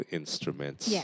instruments